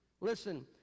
Listen